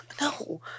No